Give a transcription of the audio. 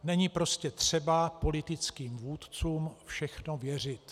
Není prostě třeba politickým vůdcům všechno věřit.